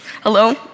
hello